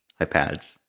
iPads